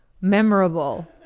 memorable